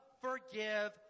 forgive